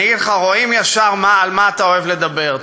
ורואים ישר על מה אתה אוהב לדבר.